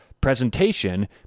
presentation